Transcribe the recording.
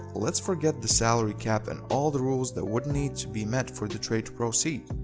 let's forget the salary cap and all the rules that would need to be met for the trade to proceed.